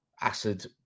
Acid